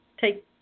take